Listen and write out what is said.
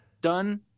Done